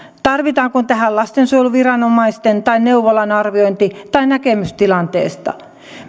tarvitaanko tähän lastensuojeluviranomaisten tai neuvolan arviointi tai näkemys tilanteesta